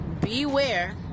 beware